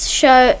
show